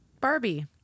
Barbie